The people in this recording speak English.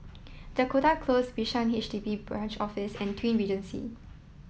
Dakota Close Bishan H D B Branch Office and Twin Regency